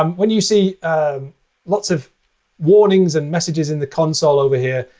um when you see lots of warnings and messages in the console over here,